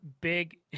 big